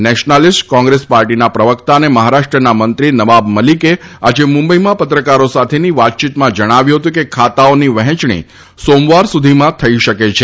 nationalist Congress પાર્ટીના પ્રવક્તા અને મંત્રી નવાબ મલિકે આજે મુંબઇમાં પત્રકારો સાથેની વાતચીતમાં જણાવ્યું હતું કે ખાતાઓની વહેંચણી સોમવાર સુધીમાં થઇ શકે છે